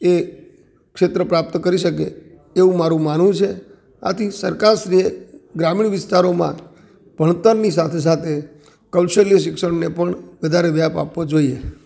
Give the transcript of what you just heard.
એ ક્ષેત્ર પ્રાપ્ત કરી શકે એવું મારું માનવું છે આથી સરકારશ્રીએ ગ્રામીણ વિસ્તારોમાં ભણતરની સાથે સાથે કૌશલ્ય શિક્ષણને પણ વધારે વ્યાપ આપવો જોઈએ